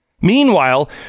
meanwhile